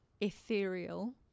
ethereal